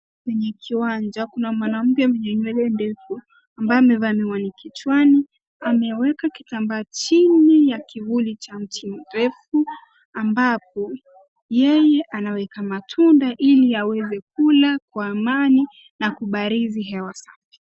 Kwenye kiwanja kuna mwanamke mwenye nywele ndefu ambaye amevaa miwani kichwani. Ameweka kitambaa chini ya kivuli cha mti mrefu ambapo yeye anaweka matunda ili aweze kula kwa amani na kubarizi hewa safi.